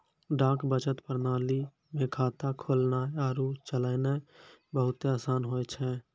डाक बचत प्रणाली मे खाता खोलनाय आरु चलैनाय बहुते असान होय छै